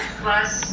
plus